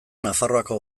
nafarroako